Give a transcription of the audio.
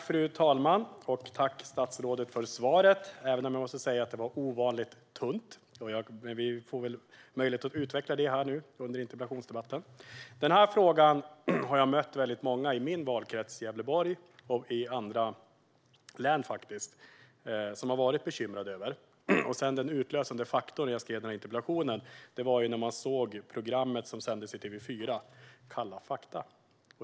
Fru talman! Jag tackar statsrådet för svaret, även om jag måste säga att det var ovanligt tunt. Men det blir väl möjlighet att utveckla det under interpellationsdebatten. Det här är en fråga som många i min valkrets Gävleborg och i andra län har varit bekymrade över. Den utlösande faktorn för att jag skrev interpellationen var programmet som sändes i TV4, Kalla fakta .